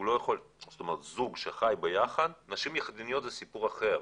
נשים יחידניות זה סיפור אחר,